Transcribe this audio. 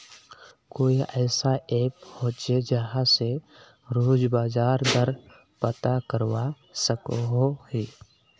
कोई ऐसा ऐप होचे जहा से रोज बाजार दर पता करवा सकोहो ही?